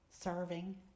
serving